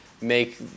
make